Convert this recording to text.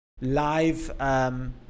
live